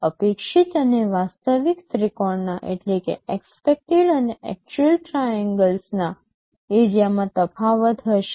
અપેક્ષિત અને વાસ્તવિક ત્રિકોણના એરિયામાં તફાવત હશે